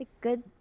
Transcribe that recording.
good